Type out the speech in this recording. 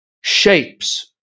shapes